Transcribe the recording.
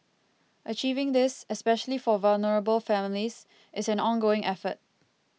achieving this especially for vulnerable families is an ongoing effort